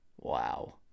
wow